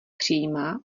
přímá